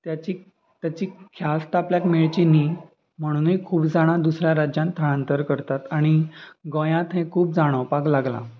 ताची ताची ख्यास्त आपल्याक मेळची न्हय म्हणुनय खूब जाणां दुसऱ्या राज्यान थळांतर करतात आनी गोंयांत हें खूब जाणोवपाक लागलां